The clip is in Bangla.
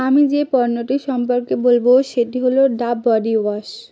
আমি যে পণ্যটি সম্পর্কে বলবো সেটি হলো ডাব বডি ওয়াশ